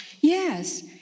Yes